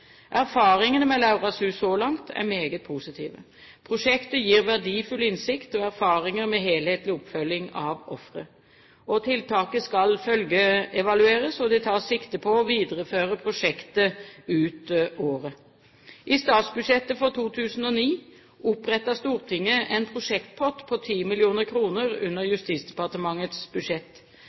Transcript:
Erfaringene med Lauras Hus er så langt meget positive. Prosjektet gir verdifull innsikt og erfaringer med helhetlig oppfølging av ofre. Tiltaket skal følgeevalueres, og det tas sikte på å videreføre prosjektet ut året. I statsbudsjettet for 2009 opprettet Stortinget en prosjektpott på 10 mill. kr under Justisdepartementets budsjett,